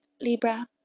Libra